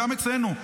גם אצלנו,